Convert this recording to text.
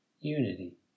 unity